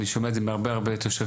אני שומע את זה מהרבה תושבים,